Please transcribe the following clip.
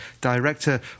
Director